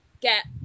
get